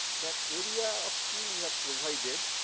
that area of steel you have provided,